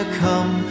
come